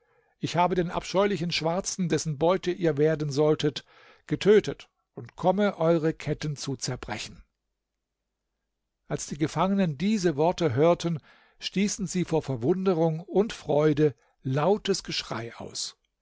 ich habe den abscheulichen schwarzen dessen beute ihr werden solltet getötet und komme eure ketten zu zerbrechen als die gefangenen diese worte hörten stießen sie vor verwunderung und freude lautes geschrei aus